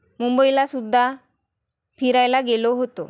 मुंबईला सुद्धा फिरायला गेलो होतो